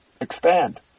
expand